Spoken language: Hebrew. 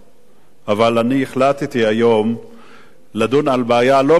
אבל אני החלטתי היום לדון על בעיה לא פחות חשובה,